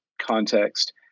context